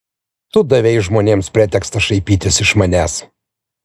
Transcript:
tu davei žmonėms pretekstą šaipytis iš manęs